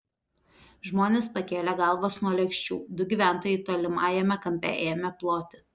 žmonės pakėlė galvas nuo lėkščių du gyventojai tolimajame kampe ėmė ploti